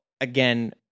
again